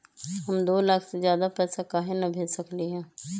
हम दो लाख से ज्यादा पैसा काहे न भेज सकली ह?